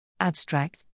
Abstract